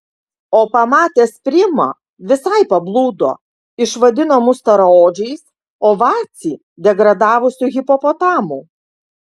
o pamatęs primą visai pablūdo išvadino mus storaodžiais o vacį degradavusiu hipopotamu